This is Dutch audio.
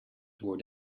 door